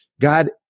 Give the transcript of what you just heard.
God